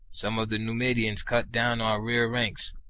some of the numidians cut down our rear ranks,